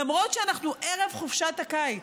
למרות שאנחנו ערב חופשת הקיץ.